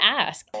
ask